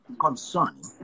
concerning